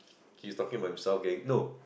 he's talking about himself getting no